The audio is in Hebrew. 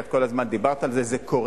כי את כל הזמן דיברת על זה: זה קורה.